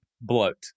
Bloat